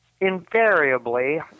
Invariably